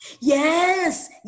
Yes